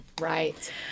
Right